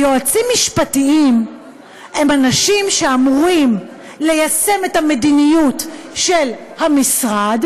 יועצים משפטיים הם אנשים שאמורים ליישם את המדיניות של המשרד,